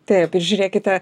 taip ir žiūrėkite